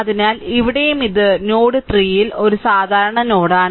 അതിനാൽ ഇവിടെയും ഇത് നോഡ് 3 ൽ ഇത് ഒരു സാധാരണ നോഡാണ്